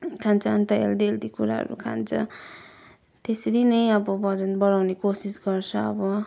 खान्छ अन्त healthy healthy कुराहरू खान्छ त्यसरी नै अब वजन बढाउने कोसिस गर्छ अब